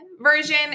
version